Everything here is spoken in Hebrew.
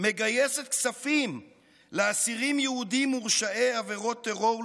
מגייסת כספים לאסירים יהודים מורשעי עבירות טרור לאומני,